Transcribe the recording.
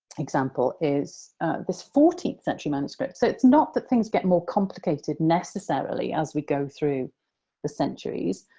example is this fourteenth century manuscript. so it's not that things get more complicated necessarily as we go through the centuries.